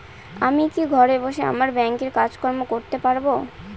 আমি কি ঘরে বসে আমার ব্যাংকের কাজকর্ম করতে পারব?